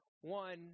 one